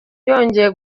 yongeye